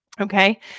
Okay